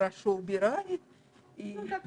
בהמשך